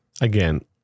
again